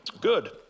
good